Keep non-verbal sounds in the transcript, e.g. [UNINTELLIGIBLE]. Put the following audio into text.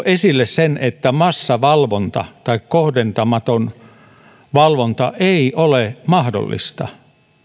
[UNINTELLIGIBLE] esille sen että massavalvonta tai kohdentamaton valvonta ei ole mahdollista